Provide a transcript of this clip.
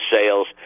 sales